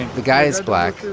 the guy is black,